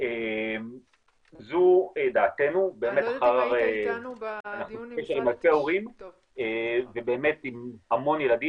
זו דעתנו -- -אנחנו בקשר עם -- -הורים ועם המון ילדים,